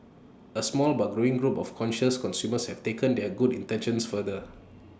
A small but growing group of conscientious consumers have taken their good intentions further